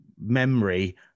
memory